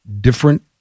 different